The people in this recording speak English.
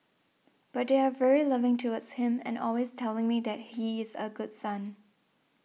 but they are very loving towards him and always telling me that he is a good son